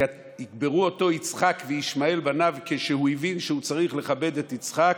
"ויקברו אותו יצחק וישמעאל בניו" כשהוא הבין שהוא צריך לכבד את יצחק,